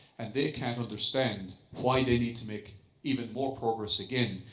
and they can't understand why they need to make even more progress again,